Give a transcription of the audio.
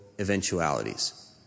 eventualities